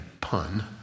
pun